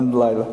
אין לילה.